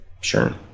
Sure